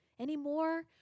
Anymore